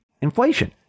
inflation